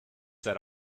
set